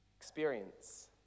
experience